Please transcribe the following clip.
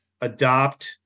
adopt